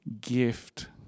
gift